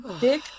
dick